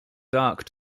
dark